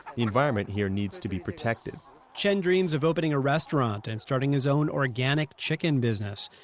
the environment here needs to be protected chen dreams of opening a restaurant and starting his own organic chicken business.